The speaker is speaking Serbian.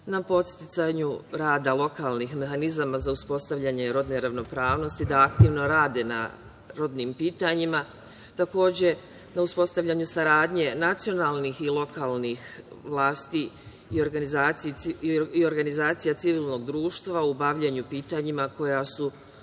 na podsticanju rada lokalnih mehanizama za uspostavljanje rodne ravnopravnosti da aktivno rade na rodnim pitanjima, na uspostavljanju saradnje nacionalnih i lokalnih vlasti i organizacija civilnog društva u bavljenju pitanjima koja su